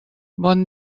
bon